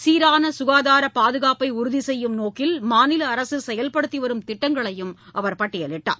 சீரானசுகாதாரபாதுகாப்பைஉறுதிசெய்யும் நோக்கில் மாநிலஅரசுசெயல்படுத்திவரும் திட்டங்களையும் அவர் பட்டியலிட்டார்